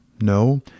No